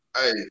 hey